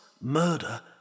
murder